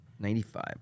Ninety-five